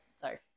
Sorry